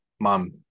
mom